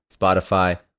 Spotify